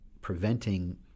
preventing